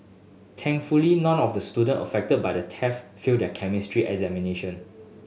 thankfully none of the student affected by the theft failed their Chemistry examination